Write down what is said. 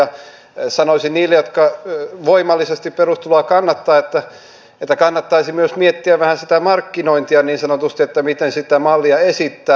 sanoisin niille jotka voimallisesti perustuloa kannattavat että kannattaisi myös miettiä vähän sitä markkinointia niin sanotusti miten sitä mallia esittää